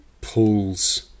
pulls